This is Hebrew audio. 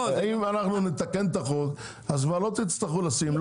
אם אנחנו נתקן את החוק אז כבר לא תצטרכו לשים,